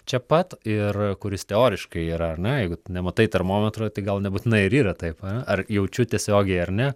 čia pat ir kuris teoriškai yra ar ne jeigu nematai termometro tai gal nebūtinai yra taip ane ar jaučiu tiesiogiai ar ne